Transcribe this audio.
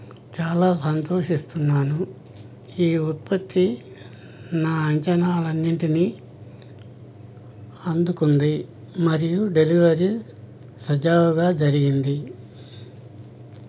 చాలా సంతోషిస్తున్నాను ఈ ఉత్పత్తి నా అంచనాలు అన్నింటినీ అందుకుంది మరియు డెలివరీ సజావుగా జరిగింది